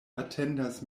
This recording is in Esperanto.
atendas